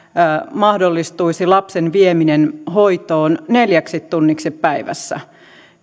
mahdollistuisi lapsen vieminen hoitoon neljäksi tunniksi päivässä